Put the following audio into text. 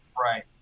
Right